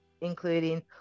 including